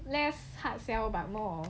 less hard sell but more on